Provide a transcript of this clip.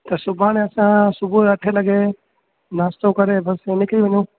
त सुभाणे असां सुबुह जो अठे लॻे नाश्तो करे बस में निकिरी वञूं